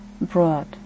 brought